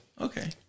Okay